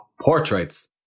portraits